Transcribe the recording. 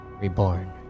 reborn